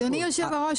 אדוני היושב-ראש,